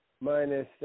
minus